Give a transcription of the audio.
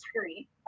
street